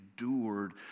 endured